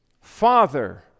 father